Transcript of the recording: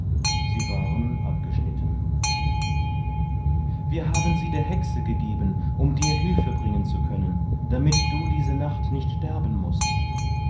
sie waren abgeschnitten wir haben sie der hexe gegeben um dir hilfe bringen zu können damit du diese nacht nicht sterben mußt